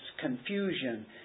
confusion